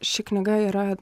ši knyga yra